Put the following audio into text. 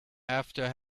after